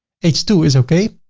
h two is okay.